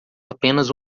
apenas